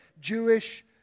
Jewish